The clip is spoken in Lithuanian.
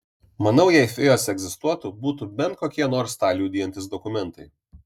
manau jei fėjos egzistuotų būtų bent kokie nors tą liudijantys dokumentai